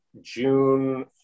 June